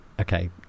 Okay